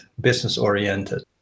business-oriented